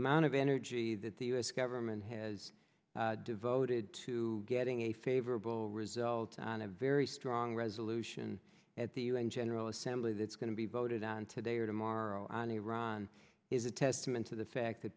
amount of energy that the u s government has devoted to getting a favorable results on a very strong resolution at the u n general assembly that's going to be voted on today or tomorrow on iran is a testament to the fact that